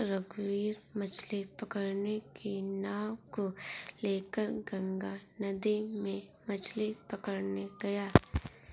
रघुवीर मछ्ली पकड़ने की नाव को लेकर गंगा नदी में मछ्ली पकड़ने गया